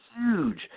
huge